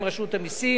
עם רשות המסים.